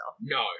No